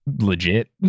legit